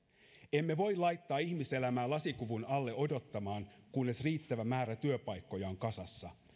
emme voi laittaa ihmiselämää lasikuvun alle odottamaan kunnes riittävä määrä työpaikkoja on kasassa